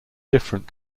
different